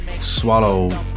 swallow